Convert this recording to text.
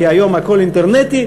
כי היום הכול אינטרנטי.